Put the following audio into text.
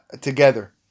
together